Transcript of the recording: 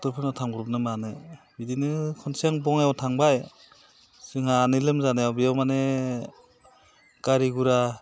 दक्ट'रफोरनाव थांब्रबनो मानो बिदिनो खनसे आं बङाइआव थांबाय जोंहा आनै लोमजानायाव बेयाव माने गारि गुरा